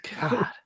God